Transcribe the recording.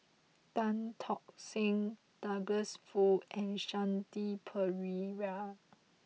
Tan Tock Seng Douglas Foo and Shanti Pereira